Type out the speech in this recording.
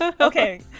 okay